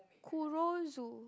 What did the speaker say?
Kurozu